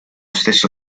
stesso